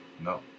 No